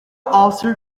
also